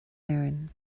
éirinn